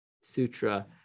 Sutra